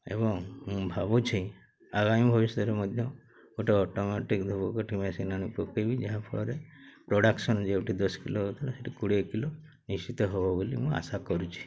ଏବଂ ମୁଁ ଭାବୁଛି ଆଗାମୀ ଭବିଷ୍ୟତରେ ମଧ୍ୟ ଗୋଟେ ଅଟୋମେଟିକ୍ ଧୂପକାଠି ମେସିନ୍ ଆଣି ପକାଇବି ଯାହାଫଳରେ ପ୍ରଡ଼କ୍ସନ୍ ଯେଉଁଠି ଦଶ କିଲୋ ହେଉଥିଲା ସେଠି କୋଡ଼ିଏ କିଲୋ ନିଶ୍ଚିତ ହେବ ବୋଲି ମୁଁ ଆଶା କରୁଛି